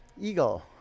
Eagle